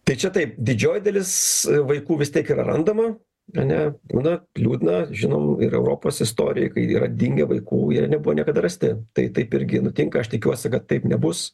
tai čia taip didžioji dalis vaikų vis tiek yra randama ane būna liūdna žinoma ir europos istorijoj kai yra dingę vaikų jie nebuvo niekada rasti tai taip irgi nutinka aš tikiuosi kad taip nebus